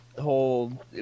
whole